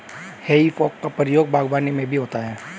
हेइ फोक का प्रयोग बागवानी में भी होता है